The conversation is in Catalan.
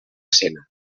cena